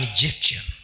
Egyptian